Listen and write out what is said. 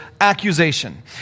accusation